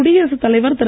குடியரசுத் தலைவர் திரு